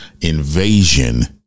invasion